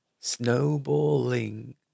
snowballing